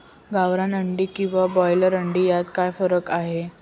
गावरान अंडी व ब्रॉयलर अंडी यात काय फरक आहे?